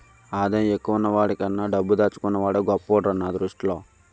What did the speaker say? ఆదాయం ఎక్కువున్న వాడికన్నా డబ్బు దాచుకున్న వాడే గొప్పోడురా నా దృష్టిలో